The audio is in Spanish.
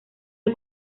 del